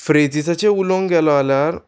फ्रेजिसाचें उलोवंक गेलो जाल्यार